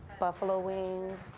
buffalo wings,